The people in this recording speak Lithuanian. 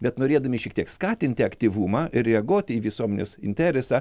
bet norėdami šiek tiek skatinti aktyvumą ir reaguoti į visuomenės interesą